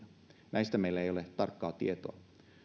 näistä meillä ei ole tarkkaa tietoa